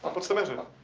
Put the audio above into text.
what's the matter?